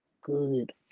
good